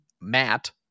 Matt